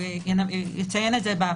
הוא יציין את זה בפרוטוקול.